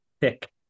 thick